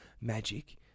magic